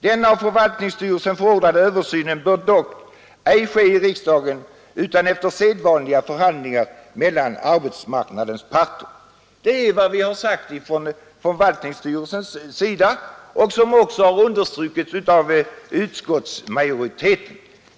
Den av förvaltningsstyrelsen förordade översynen bör dock ej ske i riksdagen utan efter sedvanliga förhandlingar mellan arbetsmarknadens parter.” Detta uttalande från förvaltningsstyrelsens sida har också understrukits av utskottsmajoriteten.